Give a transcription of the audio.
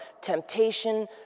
temptation